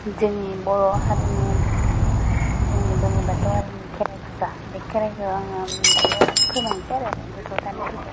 जोंनि बर' हारिनि जोंनि बोलि बाथौ आरिनि खेराइ फुजा बे खेराइ फुजायाव आङो दायो फोरमायनोसै आरो गोसोआव थानायफोरखौ